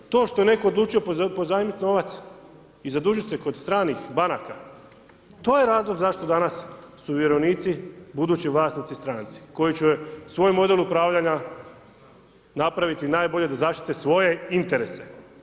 To što je netko odlučio pozajmit novac i zadužit se kod stranih banaka, to je razlog zašto danas su vjerovnici budući vlasnici stranci koji će svoj model upravljanja napraviti najbolje da zaštite svoje interese.